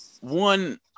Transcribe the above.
one